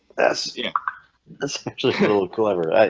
that's yeah that's little clever, right